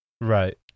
right